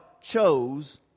chose